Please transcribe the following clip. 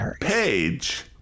page